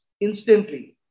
instantly